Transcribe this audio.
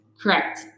Correct